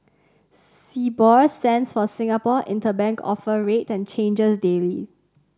Sibor stands for Singapore Interbank Offer Rate and changes daily